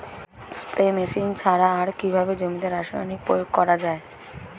Spray machine ছাড়া আর কিভাবে জমিতে রাসায়নিক প্রয়োগ করা যায়?